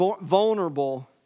vulnerable